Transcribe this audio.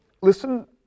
listen